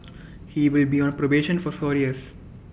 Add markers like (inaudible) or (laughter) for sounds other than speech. (noise) he will be on probation for four years